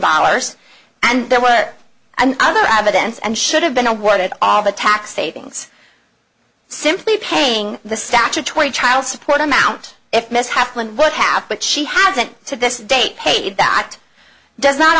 dollars and there was other evidence and should have been awarded all the tax savings simply paying the statutory child support amount if misshapen would have but she hasn't to this date paid that does not